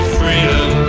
freedom